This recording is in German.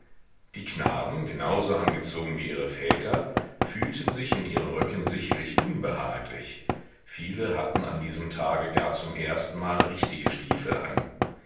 die knaben genau so angezogen wie ihre väter fühlten sich in ihren röcken sichtlich unbehaglich viele hatten an diesem tage gar zum ersten male richtige stiefel an